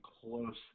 close